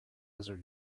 desert